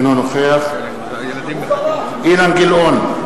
אינו נוכח אילן גילאון,